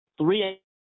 three